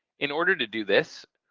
in order to do this,